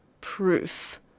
proof